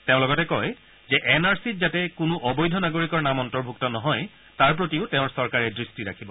তেওঁ লগতে কয় যে এন আৰ চিত যাতে কোনো অবৈধ নাগৰিকৰ নাম অন্তৰ্ভুক্ত নহয় তাৰ প্ৰতিও তেওঁৰ চৰকাৰে দৃষ্টি ৰাখিব